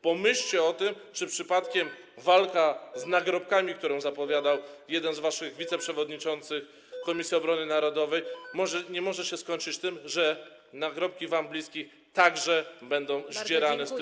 Pomyślcie o tym, czy przypadkiem walka z nagrobkami, którą zapowiadał jeden z waszych wiceprzewodniczących Komisji Obrony Narodowej, nie może się skończyć tym, że z nagrobków osób wam bliskich także będą zdzierane tytuły.